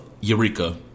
Eureka